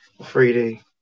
3D